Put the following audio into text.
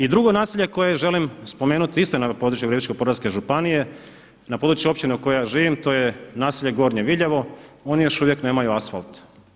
I drugo naselje koje želim spomenuti isto ja ne području Virovitičko-podravske županije, na području općine u kojoj ja živim, to je naselje Gornje Viljevo, oni još uvijek nemaju asvalt.